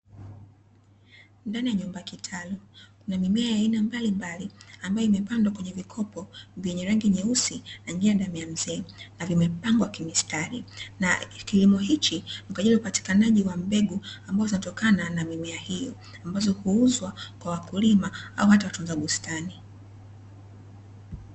Ndani ya nyumba kitalu, kuna mimea aina mbalimbali ambayo imepandwa kwenye vikopo vyenye rangi nyeusi na nyingine damu ya mzee na vimepangwa kimstari, na kilimo hichi ni kwaajili ya upatikanaji wa mbegu ambazo zinatokana na mimea hiyo. ambazo huuzwa kwa wakulima au hata watunza bustani.